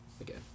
again